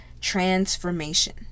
transformation